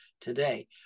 today